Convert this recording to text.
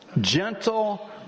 gentle